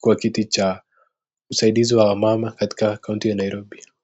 kwa kiti cha usaidizi wa wamama katika kaunti ya Nairobi.